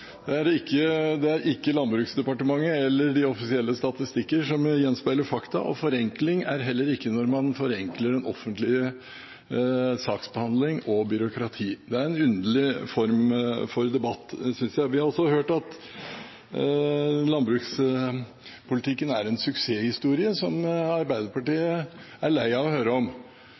Senterpartiet: Det er ikke Landbruksdepartementet eller de offisielle statistikker som gjenspeiler fakta, og forenkling er heller ikke når man forenkler offentlig saksbehandling og byråkrati. Det er en underlig form for debatt, synes jeg. Vi har også hørt at landbrukspolitikken er en suksesshistorie som